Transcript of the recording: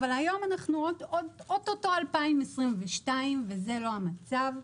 אבל אנחנו או-טו-טו ב-2022 וזה לא המצב.